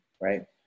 Right